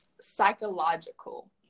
psychological